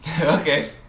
Okay